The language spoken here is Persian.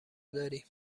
داری